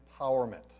empowerment